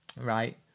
Right